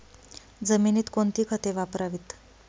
जमिनीत कोणती खते वापरावीत?